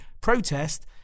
protest